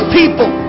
people